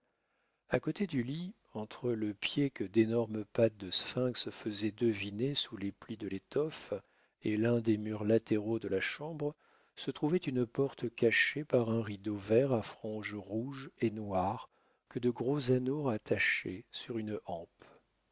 a côté du lit entre le pied que d'énormes pattes de sphinx faisaient deviner sous les plis de l'étoffe et l'un des murs latéraux de la chambre se trouvait une porte cachée par un rideau vert à franges rouges et noires que de gros anneaux rattachaient sur une hampe